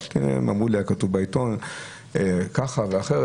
והם אמרו לי שהיה כתוב בעיתון ככה ואחרת.